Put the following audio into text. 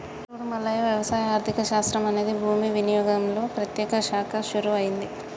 సూడు మల్లయ్య వ్యవసాయ ఆర్థిక శాస్త్రం అనేది భూమి వినియోగంలో ప్రత్యేక శాఖగా షురూ అయింది